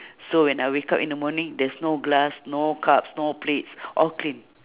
so when I wake up in the morning there is no glass no cups no plates all clean